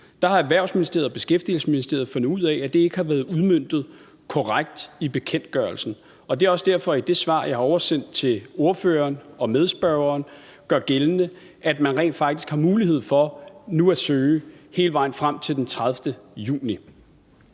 har Erhvervsministeriet og Beskæftigelsesministeriet fundet ud af, at det ikke har været udmøntet korrekt i bekendtgørelsen. Det er også derfor, at der i det svar, jeg har oversendt til spørgeren og medspørgeren, gøres gældende, at man rent faktisk har mulighed for nu at søge hele vejen frem til den 30. juni.